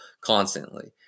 constantly